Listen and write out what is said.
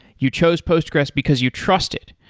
you chose postgres because you trust it.